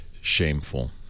shameful